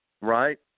right